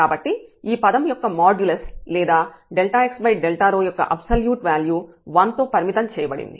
కాబట్టి ఈ పదం యొక్క మాడ్యులస్ లేదా x యొక్క అబ్సల్యూట్ వ్యాల్యూ 1 తో పరిమితం చేయబడింది